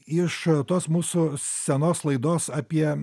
iš tos mūsų senos laidos apie